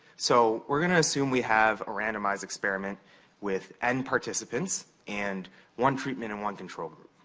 so, we're gonna assume we have a randomized experiment with n participants, and one treatment, and one control group.